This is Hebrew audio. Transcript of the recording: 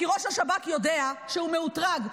כי ראש השב"כ יודע שהוא מאותרג.